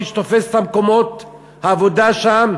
מי שתופס את מקומות העבודה שם,